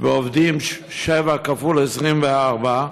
ועובדים 7 כפול 24,